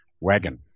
wagon